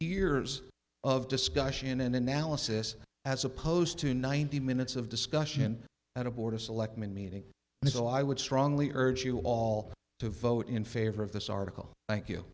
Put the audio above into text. years of discussion and analysis as opposed to ninety minutes of discussion at a board of selectmen meeting and so i would strongly urge you all to vote in favor of this article thank you